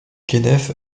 kenneth